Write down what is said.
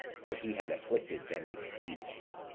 for he had afflicted them exceedingly.